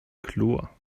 chlor